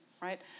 right